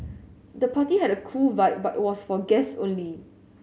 the party had a cool vibe but was for guests only